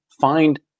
find